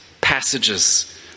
passages